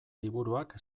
liburuak